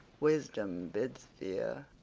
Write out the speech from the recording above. wisdom bids fear.